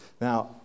now